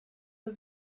the